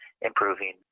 improving